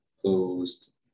closed